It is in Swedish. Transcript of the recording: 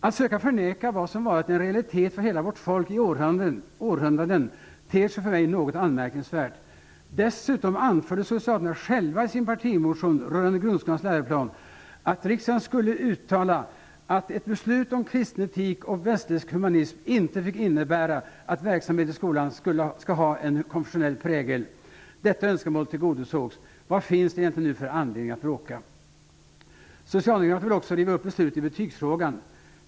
Att söka förneka vad som varit en realitet för hela vårt folk i århundraden ter sig för mig något anmärkningsvärt. Dessutom anförde socialdemokraterna själva i sin partimotion rörande grundskolans läroplan att riksdagen skulle uttala att ett beslut om kristen etik och västerländsk humanism inte fick innebära att verksamheten i skolan skall ha en konfessionell prägel. Detta önskemål tillgodosågs. Vad finns det egentligen för anledning att bråka? Socialdemokraterna vill också riva upp beslutet i betygsfrågan.